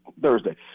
Thursday